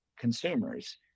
consumers